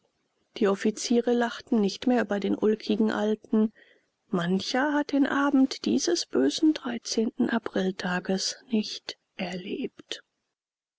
die offiziere lachten nicht mehr über den ulkigen alten mancher hat den abend dieses bösen dreizehnten apriltages nicht erlebt